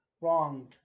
wronged